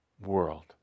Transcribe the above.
world